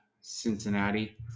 Cincinnati